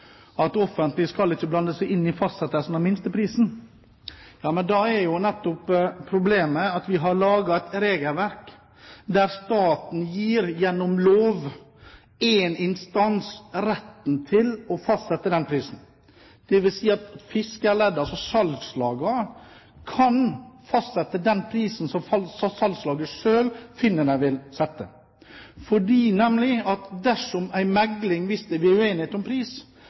at det offentlige ikke skal blande seg inn i fastsettelsen av minsteprisen. Da er jo nettopp problemet at vi har laget et regelverk der staten gir gjennom lov én instans retten til å fastsette prisen. Det vil si at fiskerleddene, altså salgslagene, kan fastsette den prisen som salgslaget selv finner at de vil sette. For dersom det blir uenighet om pris